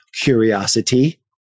curiosity